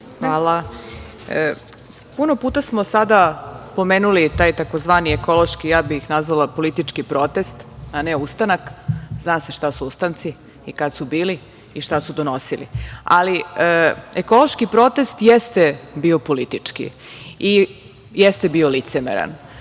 Puno puta smo sada pomenuli taj tzv. ekološki, ja bih ih nazvala politički protest, a ne ustanak, zna se šta su ustanci i kad su bili i šta su donosili, ali ekološki protest jeste bio politički i jeste bio licemeran